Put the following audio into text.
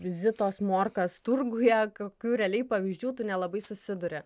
zitos morkas turguje kokių realiai pavyzdžių tų nelabai susiduri